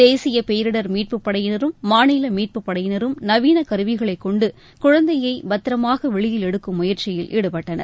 தேசிய பேரிடர் மீட்புப் படையினரும் மாநில மீட்புப்படையினரும் நவீன கருவிகளை கொண்டு குழந்தையை பத்திரமாக வெளியில் எடுக்கும் முயற்சியில் ஈடுபட்டனர்